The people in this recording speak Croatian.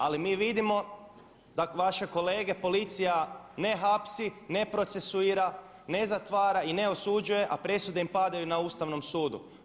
Ali mi vidimo da vaše kolege policija ne hapsi, ne procesuira, ne zatvara i ne osuđuje a presude im padaju na Ustavnom sudu.